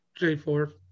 J4